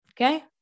Okay